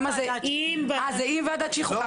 עם ועדת שחרורים.